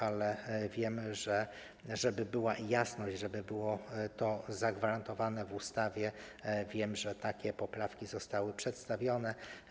Ale wiemy, żeby była jasność, żeby to było zagwarantowane w ustawie, wiem, że takie poprawki zostały przedstawione.